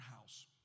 house